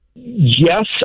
Yes